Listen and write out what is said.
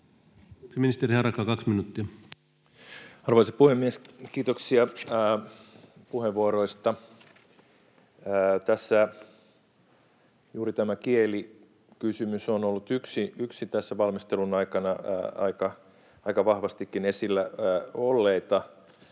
Time: 18:03 Content: Arvoisa puhemies! Kiitoksia puheenvuoroista. Tässä juuri tämä kielikysymys on ollut yksi tässä valmistelun aikana aika vahvastikin esillä olleista.